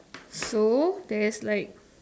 so there is like